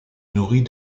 nourrit